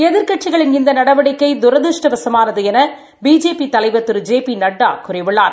எதிர்க்கட்சிகளின் இந்த நடவடிக்கை தூதிருஷ்டவமானது என பிஜேபி தலைவர் திரு ஜே பி நட்டா கூறியுள்ளார்